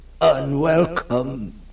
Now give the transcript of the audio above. unwelcome